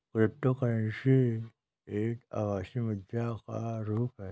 cryptocurrency एक आभासी मुद्रा का रुप है